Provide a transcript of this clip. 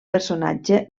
personatge